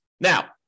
Now